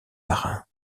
marins